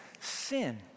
Sin